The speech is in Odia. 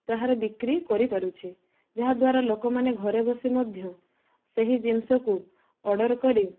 ତାହାର ବିକ୍ରି କରିପାରୁଛି ଯାହାଦ୍ବାର ଲୋକମାନେ ଘରେ ବସି ମଧ୍ୟ ସେହି ଜିନିଷକୁ ଅର୍ଡ଼ର କରି